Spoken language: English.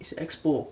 it's expo